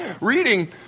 reading